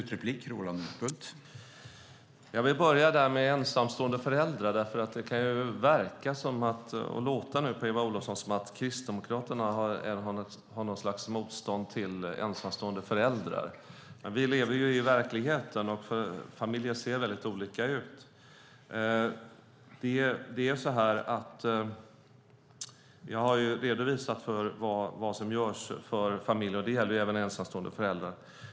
Herr talman! Jag vill börja med frågan om ensamstående föräldrar. På Eva Olofsson kan det låta som om Kristdemokraterna har något emot ensamstående föräldrar. Vi lever ju i verkligheten och familjer ser väldigt olika ut. Jag har redovisat vad som görs för familjerna. Det gäller även ensamstående föräldrar.